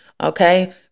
Okay